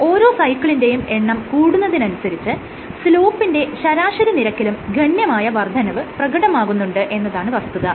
മാത്രമല്ല ഓരോ സൈക്കിളിന്റെയും എണ്ണം കൂടുന്നതനുസരിച്ച് സ്ലോപിന്റെ ശരാശരി നിരക്കിലും ഗണ്യമായ വർദ്ധനവ് പ്രകടമാകുന്നുണ്ട് എന്നതാണ് വസ്തുത